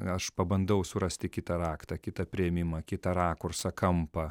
aš pabandau surasti kitą raktą kitą priėmimą kitą rakursą kampą